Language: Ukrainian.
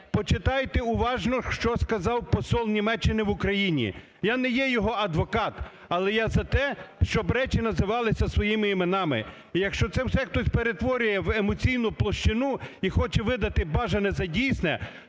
почитайте уважно, що сказав посол Німеччини в Україні. Я не є його адвокат, але я за те, щоб речі називалися своїми іменами. І, якщо це хтось перетворює в емоційну площину і хоче видати бажане за дійсне,